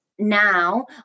now